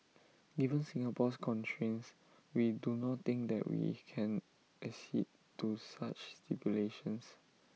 given Singapore's constraints we do not think that we can accede to such stipulations